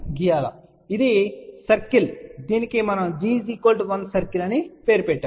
కాబట్టి ఇది సర్కిల్ దీనికి మనం g 1 సర్కిల్ అని పేరు పెట్టాము